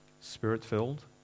Spirit-filled